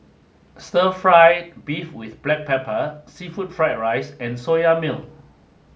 Stir Fry Beef with Black Pepper Seafood Fried Rice and Soya Milk